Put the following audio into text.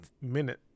minute